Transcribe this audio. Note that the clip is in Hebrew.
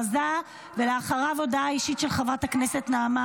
אחריה, הודעה אישית של חברת הכנסת נעמה